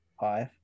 five